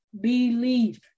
belief